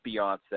Beyonce